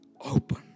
open